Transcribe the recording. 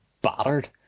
battered